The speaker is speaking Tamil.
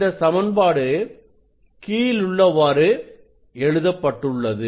இந்த சமன்பாடு கீழுள்ளவாறு எழுதப்பட்டுள்ளது